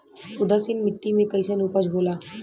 उदासीन मिट्टी में कईसन उपज होला?